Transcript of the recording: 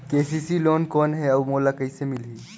KCC loan कौन हे अउ मोला कइसे मिलही?